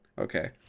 okay